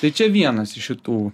tai čia vienas iš šitų